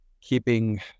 keeping